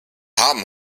haben